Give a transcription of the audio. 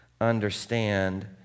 understand